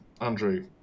Andrew